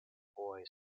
boy